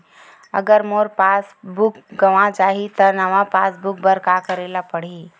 अगर मोर passbook गवां जाहि त नवा पास बुक बर का करे ल पड़हि?